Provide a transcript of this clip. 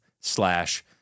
slash